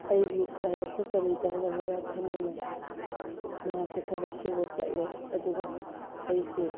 ꯑꯩꯒꯤ ꯂꯥꯏꯕꯛꯇ ꯀꯔꯤ ꯇꯝꯂꯝꯂꯕ ꯈꯟꯗꯨꯅ ꯃꯍꯥꯛꯁꯨ ꯊꯕꯛ ꯁꯨꯕ ꯆꯠꯂꯦ ꯑꯗꯨꯒ ꯑꯩꯁꯦ